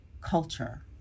culture